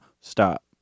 Stop